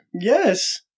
Yes